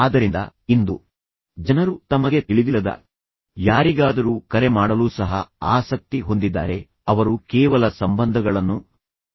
ಆದ್ದರಿಂದ ಇಂದು ಜನರು ತಮಗೆ ತಿಳಿದಿಲ್ಲದ ಯಾರಿಗಾದರೂ ಕರೆ ಮಾಡಲು ಸಹ ಆಸಕ್ತಿ ಹೊಂದಿದ್ದಾರೆ ಅವರು ಕೇವಲ ಸಂಬಂಧಗಳನ್ನು ಬೆಳೆಸಲು ಬಯಸುತ್ತಾರೆ